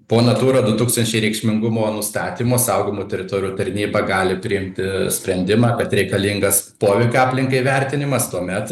po natūra du tūkstančiai reikšmingumo nustatymo saugomų teritorijų tarnyba gali priimti sprendimą kad reikalingas poveikio aplinkai vertinimas tuomet